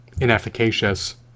inefficacious